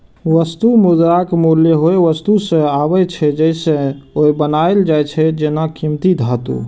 वस्तु मुद्राक मूल्य ओइ वस्तु सं आबै छै, जइसे ओ बनायल जाइ छै, जेना कीमती धातु